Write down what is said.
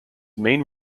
main